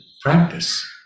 practice